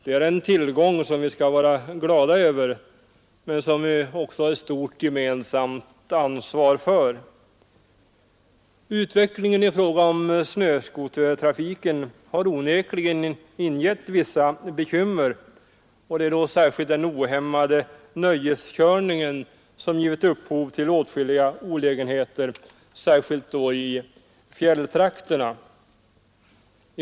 Det är en tillgång som vi skall vara glada över men som vi också har ett gemensamt ansvar för. Utvecklingen i fråga om snöskotertrafiken har onekligen ingett vissa bekymmer. Det är särskilt nöjeskörningen som givit upphov till åtskilliga olägenheter, särskilt i fjälltrakterna.